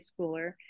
schooler